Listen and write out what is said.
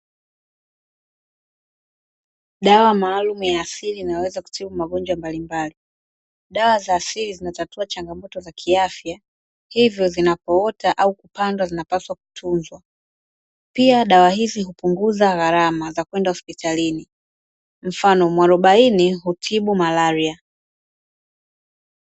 Dawa maalumu ya asili inayoweza kutibu magonjwa mbalimbali . Dawa za asili zinatatua changamoto za kiafya, hivyo vinapoota au kupandwa zinapaswa kutuzwa . Pia dawa hupuguza gharama za kwenda, hospitalini mfano mwarobaini hutibu malaria